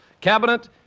Cabinet